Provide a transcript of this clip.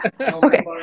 Okay